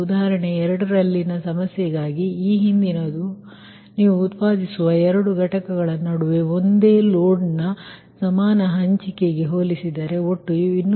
ಉದಾಹರಣೆ 2ರಲ್ಲಿನ ಸಮಸ್ಯೆಗಾಗಿ ಈ ಹಿಂದಿನದು ನೀವು ಉತ್ಪಾದಿಸುವ ಎರಡು ಘಟಕಗಳ ನಡುವೆ ಒಂದೇ ಲೋಡ್ನ ಸಮಾನ ಹಂಚಿಕೆಗೆ ಹೋಲಿಸಿದರೆ ಒಟ್ಟು 266